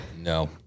No